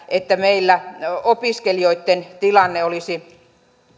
että meillä opiskelijoitten tilanne olisi